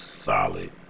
solid